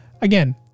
again